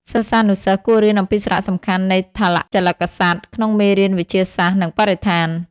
សិស្សានុសិស្សគួររៀនអំពីសារៈសំខាន់នៃ "ថលជលិកសត្វ" ក្នុងមេរៀនវិទ្យាសាស្ត្រ និងបរិស្ថាន។